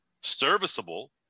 serviceable